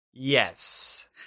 Yes